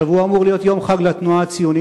השבוע אמור להיות יום חג לתנועה הציונית,